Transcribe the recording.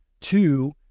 two